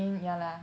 then ya lah